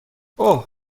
اوه